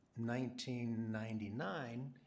1999